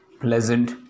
pleasant